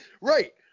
right